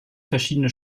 verschiedene